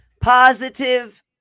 positive